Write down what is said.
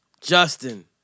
Justin